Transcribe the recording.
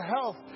health